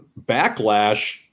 backlash